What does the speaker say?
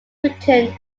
written